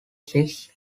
six